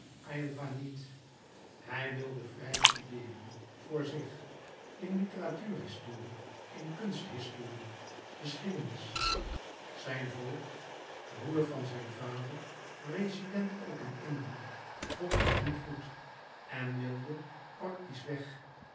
aylva niet hij wilde vrij studeeren voor zich in litteratuurhistorie in kunsthistorie geschiedenis zijn voogd broêr van zijn vader rezident ook in indië vond het niet goed en wilde practisch weg hem